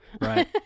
Right